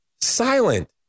Silent